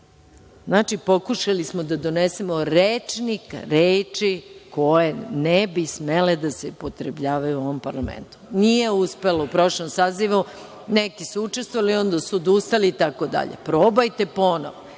pokušali smo da donesemo rečnik reči koje ne bi smele da se upotrebljavaju u ovom parlamentu. U prošlom sazivu neki su učestvovali, a onda su odustali itd. Probajte ponovo.